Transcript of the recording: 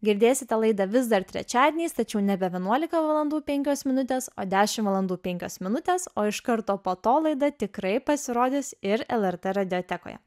girdėsite laidą vis dar trečiadieniais tačiau nebe vienuolika valandų penkios minutės o dešimt valandų penkios minutės oiš karto po to laida tikrai pasirodys ir lrt radijotekoje